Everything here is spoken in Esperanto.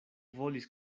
volis